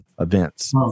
events